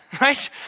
right